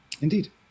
Indeed